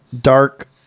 dark